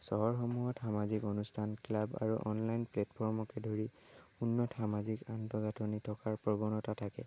চহৰসমূহত সামাজিক অনুষ্ঠান ক্লাব আৰু অনলাইন প্লেটফৰ্মকে ধৰি উন্নত সামাজিক আন্তঃগাঁথনি থকাৰ প্ৰৱণতা থাকে